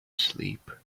sleep